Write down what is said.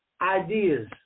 ideas